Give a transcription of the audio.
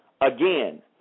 again